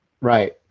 Right